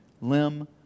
limb